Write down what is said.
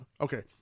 okay